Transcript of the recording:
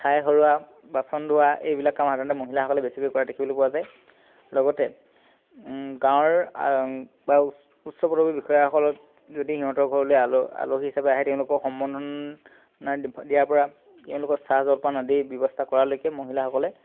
ঠাই সাৰোৱা বাচন ধোৱা এইবিলাক কাম সাধাৰণতে মহিলাসকলে বেছিকৈ কৰা দেখিবলৈ পোৱা যায় লগতে গাঁৱৰ উচ উচ্চ পদবী বিষয়াসকলৰ যদি সিহঁতৰ ঘৰলৈ আল আলহী হিচাপে আহে তেওঁলোকক সম্বৰ্ধনা দিয়াৰ পৰা তেওঁলোকৰ চাহ জলপান আদিৰ ব্যৱস্থা কৰালৈকে